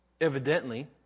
evidently